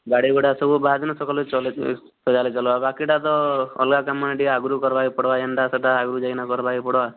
ଗାଡ଼ି ଗୁଡ଼ାକ ସବୁ ବାହାଘର ଦିନ ସକାଳେ ସଜା ହେଲେ ଚଲବା ବାକିଟା ତ ଅଲଗା କାମ ଇଏ ଟିକେ ଆଗରୁ କରିବାକୁ ପଡ଼ିବ ଏନ୍ତା ସେଟା ଆଗକୁ ଯାଇକେ କରିବାକେ ପଡ଼ବା